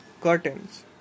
curtains